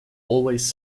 always